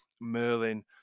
Merlin